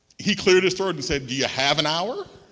he cleared his throat and said, do you have an hour?